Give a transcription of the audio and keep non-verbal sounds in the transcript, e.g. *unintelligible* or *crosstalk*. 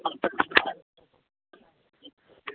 *unintelligible*